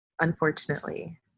unfortunately